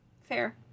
Fair